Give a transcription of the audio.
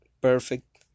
perfect